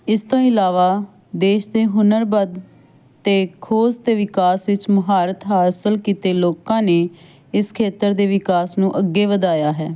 ਇਸ ਤੋਂ ਇਲਾਵਾ ਦੇਸ਼ ਦੇ ਹੁਨਰਬੰਦ ਅਤੇ ਖੋਜ ਅਤੇ ਵਿਕਾਸ ਵਿੱਚ ਮੁਹਾਰਤ ਹਾਸਲ ਕੀਤੇ ਲੋਕਾਂ ਨੇ ਇਸ ਖੇਤਰ ਦੇ ਵਿਕਾਸ ਨੂੰ ਅੱਗੇ ਵਧਾਇਆ ਹੈ